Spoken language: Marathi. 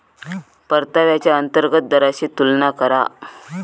परताव्याच्या अंतर्गत दराशी तुलना करा